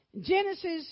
Genesis